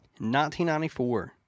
1994